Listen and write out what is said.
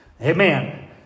Amen